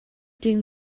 den